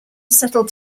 settled